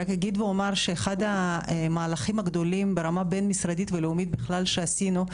רק אגיד שאחד המהלכים הגדולים ברמה בין-משרדית ולאומית בכלל שעשינו,